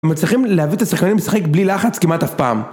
מצליחים להביא את השחקנים לשחק בלי לחץ כמעט אף פעם